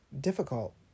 difficult